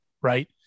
right